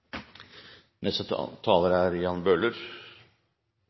Neste taler er